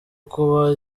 kuba